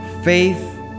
Faith